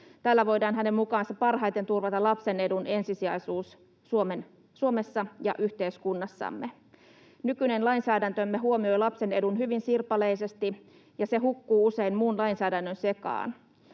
Tällä voidaan hänen mukaansa parhaiten turvata lapsen edun ensisijaisuus Suomessa ja yhteiskunnassamme. Nykyinen lainsäädäntömme huomioi lapsen edun hyvin sirpaleisesti, ja se hukkuu usein muun lainsäädännön sekaan.